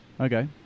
Okay